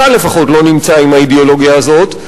לפחות לא נמצא עם האידיאולוגיה הזאת,